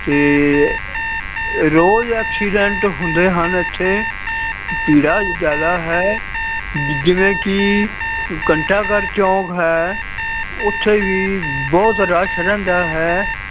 ਅਤੇ ਰੋਜ਼ ਐਕਸੀਡੈਂਟ ਹੁੰਦੇ ਹਨ ਇੱਥੇ ਭੀੜਾ ਜ਼ਿਆਦਾ ਹੈ ਜਿਵੇਂ ਕਿ ਘੰਟਾਘਰ ਚੌਂਕ ਹੈ ਉੱਥੇ ਵੀ ਬਹੁਤ ਰਸ਼ ਰਹਿੰਦਾ ਹੈ